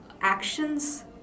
actions